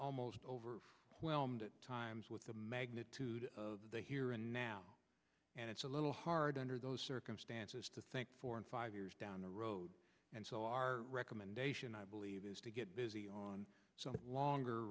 almost over whelmed times with the magnitude of the here and now and it's a little hard under those circumstances to think four and five years down the road and so our recommendation i believe is to get busy on some longer